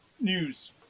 news